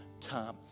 time